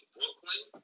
Brooklyn